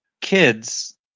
kids